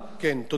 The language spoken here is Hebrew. אדוני, תודה.